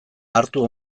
hartu